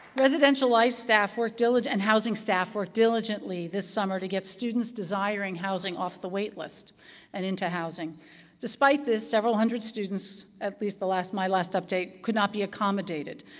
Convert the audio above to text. residential life staff work and housing staff worked diligently this summer to get students desiring housing off the wait list and into housing despite this, several hundred students at least the last my last update could not be accommodated,